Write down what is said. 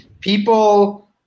People